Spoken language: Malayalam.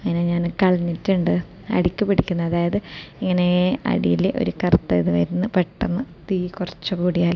അതിനെ ഞാൻ കളഞ്ഞിട്ടുണ്ട് അടിക്ക് പിടിക്കുന്നു അതായത് ഇങ്ങനെ അടിയിൽ ഒരു കറുത്ത ഇത് വരുന്നു പെട്ടെന്ന് തീ കുറച്ച് കൂടിയാൽ